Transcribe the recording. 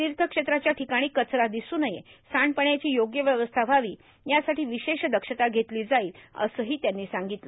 तीथक्षेत्राच्या र्टाठकाणी कचरा र्दिसू नये सांडपाण्याची योग्य व्यवस्था व्हावी यासाठी र्दिशेष दक्षता घेतली जाईल असंही त्यांनी सांगितलं